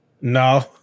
No